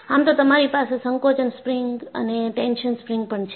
આમ તો તમારી પાસે સંકોચન સ્પ્રિંગ અને ટેન્શન સ્પ્રિંગ પણ છે